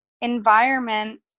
environment